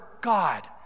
God